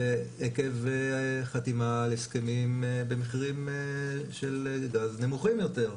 עקב חתימה על הסכמים במחירים של גז נמוכים יותר.